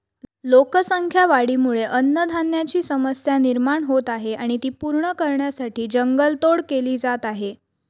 लोकसंख्या वाढीमुळे अन्नधान्याची समस्या निर्माण होत आहे आणि ती पूर्ण करण्यासाठी जंगल तोड केली जात आहे